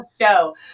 show